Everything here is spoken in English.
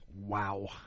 Wow